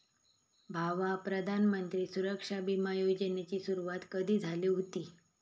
भावा, प्रधानमंत्री सुरक्षा बिमा योजनेची सुरुवात कधी झाली हुती